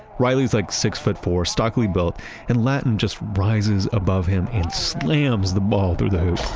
riley's like six-foot-four, stockily built and latin just rises above him and slams the ball through the hoop